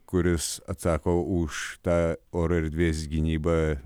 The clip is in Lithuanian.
kuris atsako už tą oro erdvės gynybą